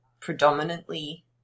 predominantly